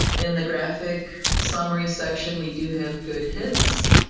in the graphic summary section, we do have good hits.